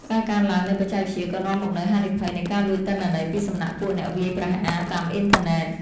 ការកើនឡើងនៃបច្ចេកវិទ្យាក៏នាំមកនូវហានិភ័យនៃការលួចទិន្នន័យពីសំណាក់ពួកអ្នកវាយប្រហារតាមអ៊ីនធឺណិត។